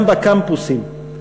גם בקמפוסים,